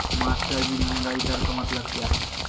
मास्टरजी महंगाई दर का मतलब क्या है?